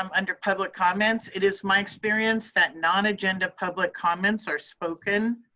um under public comments it is my experience that non-agenda public comments are spoken.